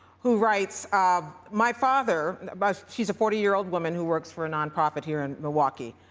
who writes, um my father but she's a forty year old woman who works for a nonprofit here in milwaukee.